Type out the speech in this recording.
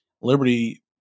Liberty